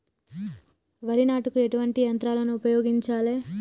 వరి నాటుకు ఎటువంటి యంత్రాలను ఉపయోగించాలే?